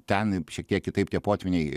ten šiek tiek kitaip tie potvyniai